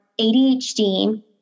ADHD